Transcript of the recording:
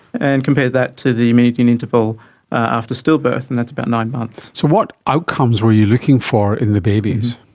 and compare that to the median interval after stillbirth and that's about nine months. so what outcomes were you looking for in the babies?